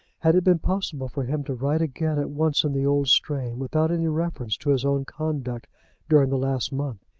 had it been possible for him to write again at once in the old strain without any reference to his own conduct during the last month,